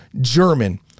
German